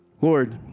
Lord